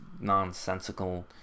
nonsensical